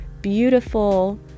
beautiful